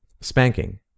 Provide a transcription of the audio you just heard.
Spanking